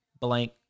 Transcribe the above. blank